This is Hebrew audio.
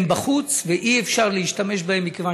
הן בחוץ ואי-אפשר להשתמש בהן מכיוון